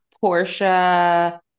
Portia